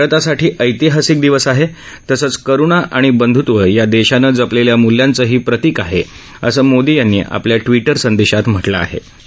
हा भारतासाठी ऐतिहासिक दिवस आहे तसंच करुणा आणि बंध्त्व या देशानं जपलेल्या मूल्यांचंही प्रतिक आहे असं मोदी यांनी आपल्या ट्विटर संदेशात म्हटलं आहे